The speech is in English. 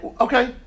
okay